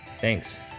Thanks